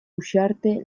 uxarte